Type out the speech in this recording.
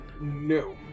No